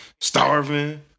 starving